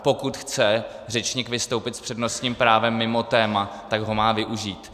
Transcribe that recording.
Pokud chce řečník vystoupit s přednostním právem mimo téma, tak ho má využít.